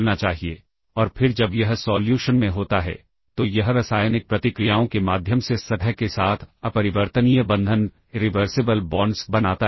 उदाहरण स्वरूप call 4000 hex तो यह सब रूटीन को कॉल करने के लिए है और हमें रिटर्न इंस्ट्रक्शन मिल गया है